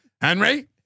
Henry